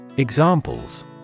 Examples